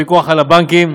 הפיקוח על הבנקים,